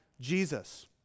Jesus